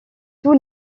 tous